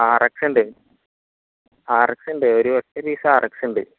R X ഉണ്ട് R X ഉണ്ട് ഒരു ഒറ്റ പീസ് ആർ എക്സ് ഉണ്ട്